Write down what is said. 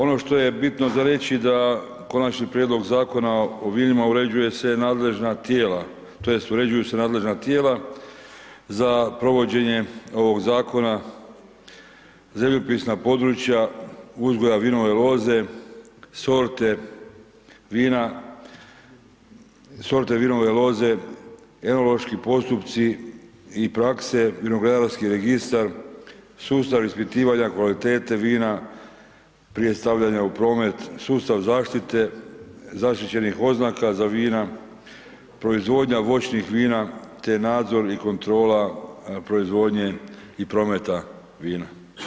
Ono što je bitno za reći da Konačni prijedlog Zakona o vinima uređuje se nadležna tijela, tj. uređuju se nadležna tijela za provođenje ovog zakona, zemljopisna područja uzgoja vinove loze, sorte vina, sorte vinove loze, enološki postupci i prakse, vinogradarski registar, sustav ispitivanja kvalitete vina prije stavljanja u promet, sustav zaštite zaštićenih oznaka za vina, proizvodnja voćnih vina te nadzor i kontrola proizvodnje i prometa vina.